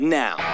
now